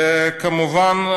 וכמובן,